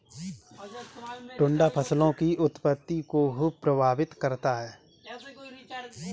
टिड्डा फसलों की पत्ती को प्रभावित करता है